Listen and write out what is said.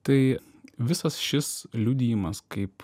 tai visas šis liudijimas kaip